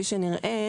כפי שנראה,